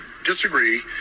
disagree